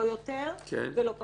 לא יותר ולא פחות.